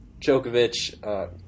Djokovic